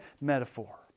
metaphor